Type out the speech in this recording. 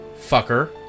fucker